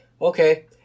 okay